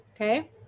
okay